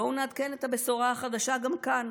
בואו נעדכן את הבשורה החדשה גם כאן.